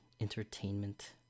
entertainment